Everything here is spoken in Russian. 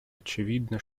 очевидно